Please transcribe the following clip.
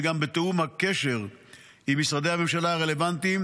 וגם בתיאום הקשר עם משרדי הממשלה הרלוונטיים,